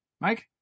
Mike